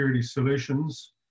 solutions